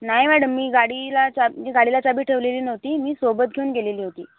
नाही मॅडम मी गाडीला चा म्हणजे गाडीला चाबी ठेवलेली नव्हती मी सोबत घेऊन गेलेली होती